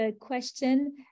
question